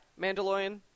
Mandalorian